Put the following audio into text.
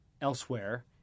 elsewhere